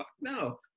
No